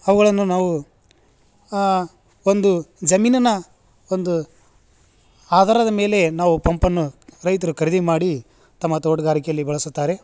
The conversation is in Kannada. ಅವುಗಳನ್ನು ನಾವು ಆ ಒಂದು ಜಮೀನಿನ ಒಂದು ಆಧಾರದ ಮೇಲೆ ನಾವು ಪಂಪನ್ನು ರೈತರು ಖರೀದಿ ಮಾಡಿ ತಮ್ಮ ತೋಟಗಾರಿಕೆಯಲ್ಲಿ ಬಳಸುತ್ತಾರೆ